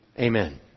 Amen